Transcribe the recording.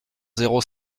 zéro